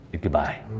goodbye